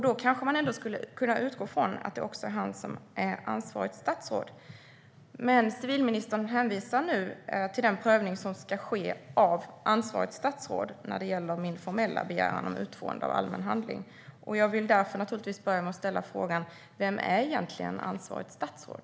Då kanske man skulle kunna utgå ifrån att det också är han som är ansvarigt statsråd. Civilministern hänvisar dock till den prövning som ansvarigt statsråd ska göra när det gäller min formella begäran om utfående av allmän handling. Jag vill därför naturligtvis börja med att ställa frågan: Vem är egentligen ansvarigt statsråd?